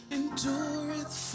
endureth